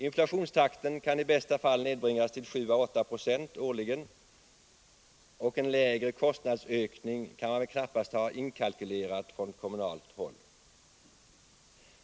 Inflationstakten kan i bästa fall nedbringas till 7 å 8 26, och en lägre kostnadsökning kan man väl knappast ha inkalkylerat på kommunalt håll.